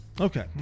Okay